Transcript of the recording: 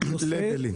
הלבנים.